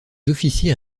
officiers